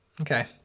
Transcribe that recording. Okay